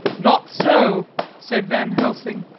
not so! said van helsing,